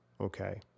Okay